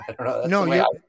No